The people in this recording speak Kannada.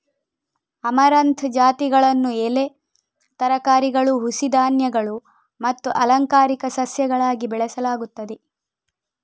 ಅಮರಂಥ್ ಜಾತಿಗಳನ್ನು ಎಲೆ ತರಕಾರಿಗಳು, ಹುಸಿ ಧಾನ್ಯಗಳು ಮತ್ತು ಅಲಂಕಾರಿಕ ಸಸ್ಯಗಳಾಗಿ ಬೆಳೆಸಲಾಗುತ್ತದೆ